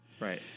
right